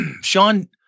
Sean